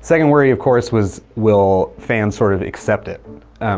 second worry, of course, was, will fans sort of accept it